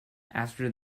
after